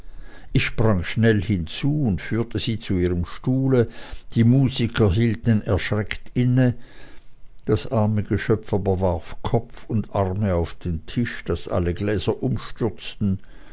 ich sprang schnell hinzu und führte sie zu ihrem stuhle die musiker hielten erschreckt inne das arme mädchen aber warf kopf und arme auf den tisch daß alle gläser umstürzten